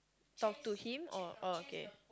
talk to him or or okay